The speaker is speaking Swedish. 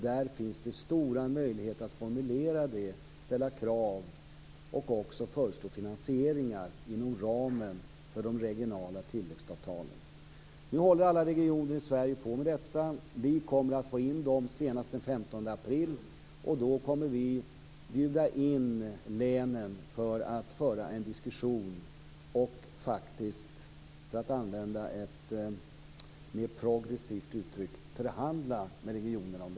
Det finns stora möjligheter att ställa krav, formulera dem och föreslå finansiering inom ramen för de regionala tillväxtavtalen. Nu håller alla regioner i Sverige på med detta. Vi kommer att få in det materialet senast den 15 april, och då kommer vi att bjuda in representanter från länen för att föra en diskussion och - för att använda ett mer progressivt uttryck - förhandla med regionerna.